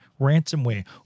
ransomware